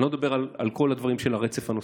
אני מדבר על כל הדברים של הרצף הנוסף.